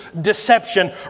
deception